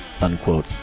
unquote